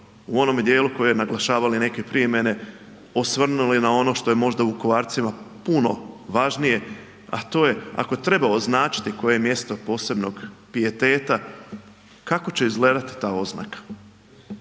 u onome dijelu koje su naglašavali neki prije mene osvrnuli na ono što je možda Vukovarcima puno važnije, a to je ako treba označiti koje mjesto posebnog pijeteta kako će izgledati ta oznaka?